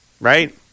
Right